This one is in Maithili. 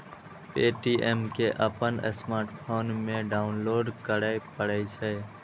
पे.टी.एम कें अपन स्मार्टफोन मे डाउनलोड करय पड़ै छै